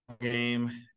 game